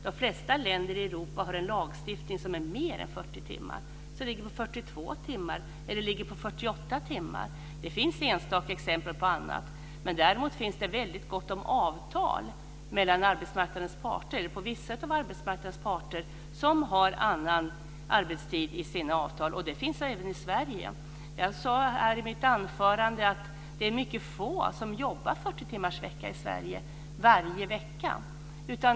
De flesta länder i Europa har en lagstiftning om mer än 40 timmar, kanske om 42 eller 48 timmar. Det finns enstaka exempel på annat, men däremot finns det väldigt gott om avtal mellan vissa av arbetsmarknadens parter som har annan arbetstid. Det finns även i Sverige. Jag sade i mitt anförande att det är mycket få som jobbar 40-timmarsvecka i Sverige varje vecka.